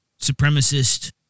supremacist